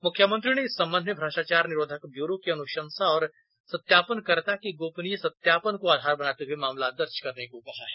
मुख्यमंत्री ने इस संबंध में भ्रष्टाचार निरोधक ब्यूरो की अनुशंसा एवं सत्यापनकर्ता के गोपनीय सत्यापन को अधार बनाते हुए मामला दर्ज करने को कहा है